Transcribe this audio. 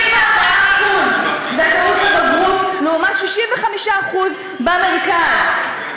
54% זכאות לבגרות, לעומת 65% במרכז.